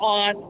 on